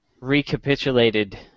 recapitulated